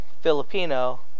Filipino